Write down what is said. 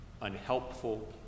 unhelpful